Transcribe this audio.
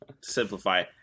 Simplify